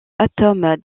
atomes